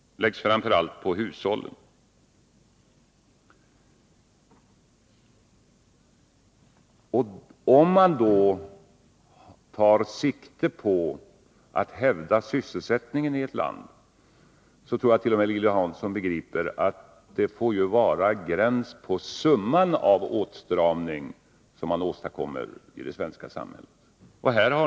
Jag tror attt.o.m. Lilly Hansson begriper att om man siktar på att hävda sysselsättningen i ett land, får det vara en gräns för summan av den åtstramning som man åstadkommer i samhället.